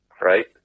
right